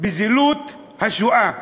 בזילות השואה.